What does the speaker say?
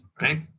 right